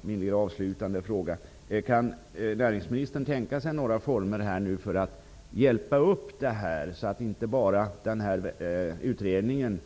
Min lilla avslutande fråga är: Kan näringsministern tänka sig några former för att hjälpa upp det här, så att utredningen